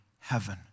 heaven